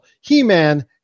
he-man